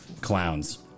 clowns